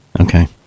Okay